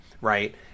right